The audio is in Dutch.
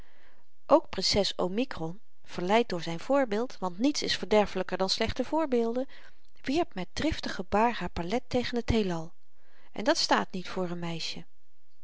ook prinses omikron verleid door zyn voorbeeld want niets is verderfelyker dan slechte voorbeelden wierp met driftig gebaar haar palet tegen t heelal en dat staat niet voor n meisje